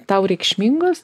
tau reikšmingos